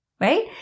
right